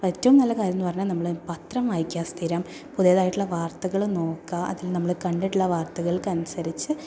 ഏറ്റവും നല്ല കാര്യം എന്ന് പറഞ്ഞാൽ നമ്മൾ പത്രം വായിക്കുക സ്ഥിരം പുതിയതായിട്ടുള്ള വാർത്തകളും നോക്കുക അതിൽ നമ്മൾ കണ്ടിട്ടുള്ള വാർത്തകൾക്കനുസരിച്ച്